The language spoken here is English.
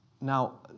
Now